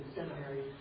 seminary